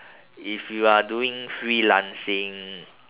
if you are doing freelancing